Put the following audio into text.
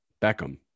Beckham